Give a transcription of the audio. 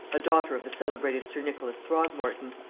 a daughter of the celebrated sir nicholas throgmorton.